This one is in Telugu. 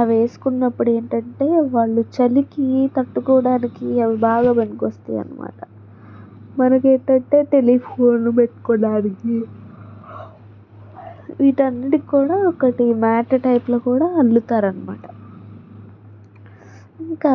అవి వేసుకున్నప్పుడు ఏంటంటే వాళ్లు చలికి తట్టుకోవడానికి అవి బాగా పనికి వస్తాయి అనమాట మనకు ఏంటంటే టెలిఫోన్లు పెట్టుకోవడానికి వీటన్నిటి కూడా ఒకటి మ్యాట్ టైప్లో కూడా అల్లుతారు అనమాట ఇంకా